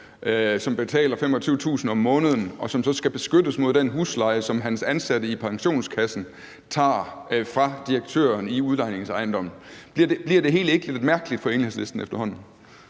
som betaler 25.000 kr. om måneden, og som så skal beskyttes mod den husleje, som hans ansatte, der er i pensionskassen, tager fra direktøren i udlejningsejendommen? Bliver det hele ikke lidt mærkeligt for Enhedslisten efterhånden?